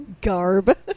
Garb